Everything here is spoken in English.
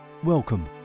Welcome